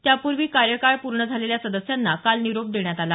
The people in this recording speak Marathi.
त्यापूर्वी कार्यकाळ पूर्ण झालेल्या सदस्यांना काल निरोप देण्यात आला